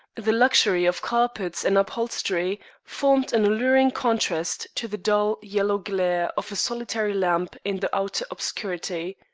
the luxury of carpets and upholstery, formed an alluring contrast to the dull yellow glare of a solitary lamp in the outer obscurity.